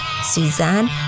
Suzanne